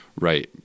Right